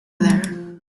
there